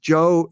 Joe